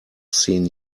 seen